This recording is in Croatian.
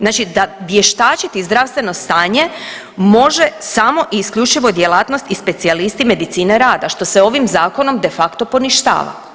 Znači vještačiti zdravstveno stanje može samo i isključivo djelatnost i specijalisti medicine rada što se ovim zakonom de facto poništava.